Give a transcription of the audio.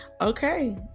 okay